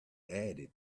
added